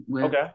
Okay